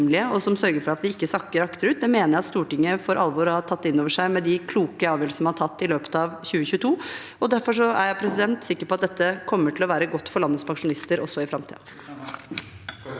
og som sørger for at man ikke sakker akterut. Det mener jeg at Stortinget for alvor har tatt inn over seg med de kloke avgjørelsene man har tatt i løpet av 2022. Derfor er jeg sikker på at dette kommer til å være godt for landets pensjonister også i framtiden.